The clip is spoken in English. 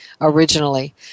originally